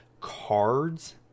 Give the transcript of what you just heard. cards